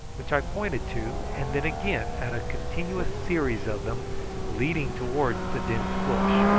which i pointed to, and then again at a continuous series of them leading towards the dense bush.